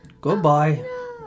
Goodbye